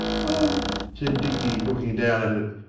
oh said dicky, looking down at it,